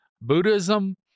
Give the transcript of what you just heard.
Buddhism